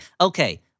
Okay